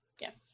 Yes